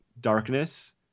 darkness